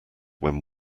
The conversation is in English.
when